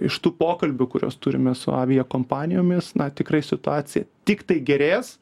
iš tų pokalbių kuriuos turime su aviakompanijomis na tikrai situacija tiktai gerės